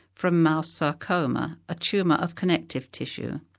from mouse sarcoma, a tumour of connective tissue,